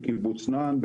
בקיבוץ נען,